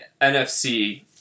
NFC